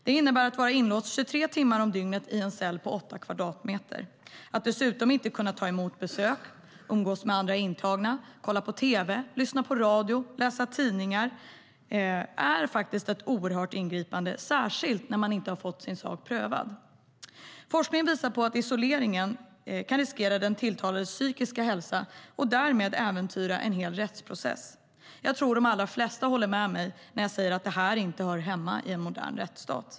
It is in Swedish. Det innebär att vara inlåst 23 timmar om dygnet i en cell på åtta kvadratmeter. Att dessutom inte kunna ta emot besök, umgås med andra intagna, kolla på tv, lyssna på radio eller läsa tidningar är faktiskt ett oerhört ingripande - särskilt när man inte har fått sin sak prövad. Forskning visar på att isoleringen kan riskera den tilltalades psykiska hälsa och därmed äventyra en hel rättsprocess. Jag tror att de allra flesta håller med mig när jag säger att det inte hör hemma i en modern rättsstat.